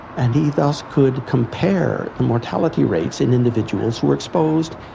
and he thus could compare the mortality rates in individuals who were exposed,